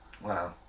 wow